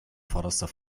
vorderster